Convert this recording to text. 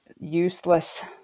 useless